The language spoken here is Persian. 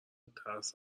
ترس